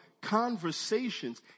conversations